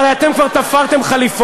הרי אתם כבר תפרתם חליפות,